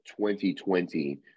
2020